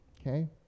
Okay